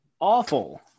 awful